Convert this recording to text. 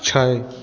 छै